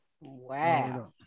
Wow